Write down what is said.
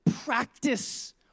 Practice